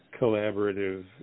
collaborative